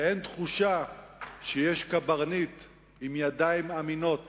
ואין תחושה שיש קברניט עם ידיים אמינות